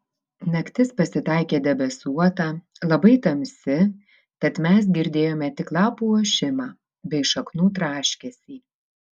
naktis pasitaikė debesuota labai tamsi tad mes girdėjome tik lapų ošimą bei šaknų traškesį